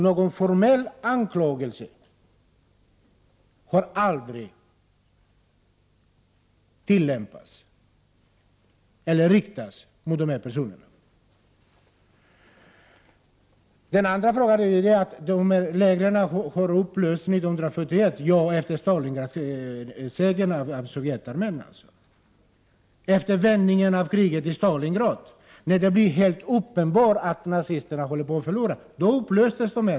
Någon formell anklagelse hade aldrig riktats mot dem. Lägren upplöstes 1941 efter segern vid Stalingrad, då vändningen kom i kriget och det blev helt uppenbart att nazisterna höll på att förlora.